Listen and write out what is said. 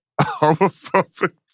homophobic